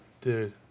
Dude